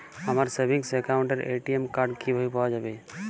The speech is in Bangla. আমার সেভিংস অ্যাকাউন্টের এ.টি.এম কার্ড কিভাবে পাওয়া যাবে?